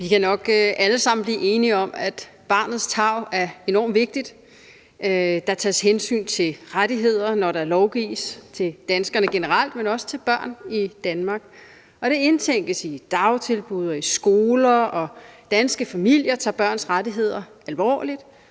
alle sammen blive enige om, at barnets tarv er enormt vigtigt. Der tages hensyn til rettigheder, når der lovgives, til danskerne generelt, men også til børnene i Danmark, og det indtænkes i dagtilbud og i skoler, og danske familier tager børns rettigheder alvorligt,